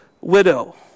widow